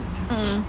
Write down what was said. mmhmm